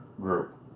group